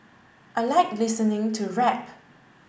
I like listening to rap